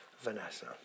Vanessa